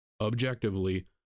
objectively